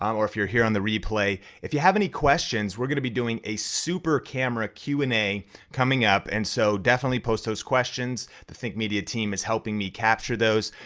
or if you're here on the replay. if you have any questions, we're gonna be doing a super camera q and a coming up. and so definitely post those questions, the think media team is helping me capture those.